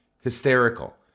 hysterical